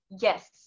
yes